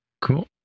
cool